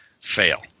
fail